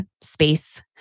space